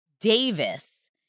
Davis